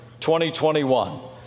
2021